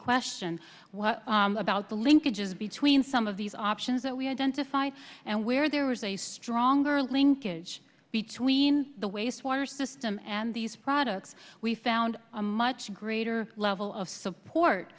question what about the linkages between some of these options that we identified and where there was a stronger linkage between the waste water system and these products we found a much greater level of support